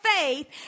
faith